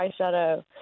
eyeshadow